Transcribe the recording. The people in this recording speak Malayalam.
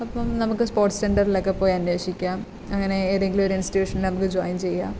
അപ്പം നമുക്ക് സ്പോർട്സ് സെൻററിലൊക്കെ പോയി അന്വേഷിക്കാം അങ്ങനെ ഏതെങ്കിലും ഒരു ഇൻസ്റ്റിറ്റ്യൂഷനിൽ നമുക്ക് ജോയിൻ ചെയ്യാം